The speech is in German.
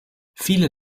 viele